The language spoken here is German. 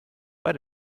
bei